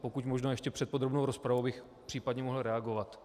Pokud možno ještě před podrobnou rozpravou, abych případně mohl reagovat.